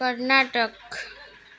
Karnataka